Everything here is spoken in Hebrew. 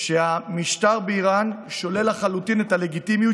שהמשטר באיראן שולל לחלוטין את הלגיטימיות